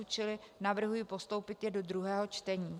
Čili navrhuji postoupit návrh do druhého čtení.